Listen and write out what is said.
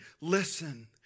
Listen